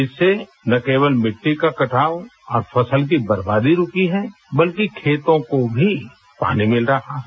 इससे ना केवल मिट्टी का कटाव और फसल की बर्बादी रुकी है बल्कि खेतों को भी पानी मिल रहा है